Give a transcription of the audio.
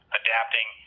adapting